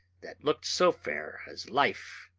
that looked so fair as life,